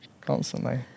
Constantly